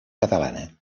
catalana